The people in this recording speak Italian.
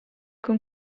con